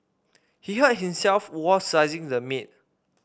he hurt himself while slicing the meat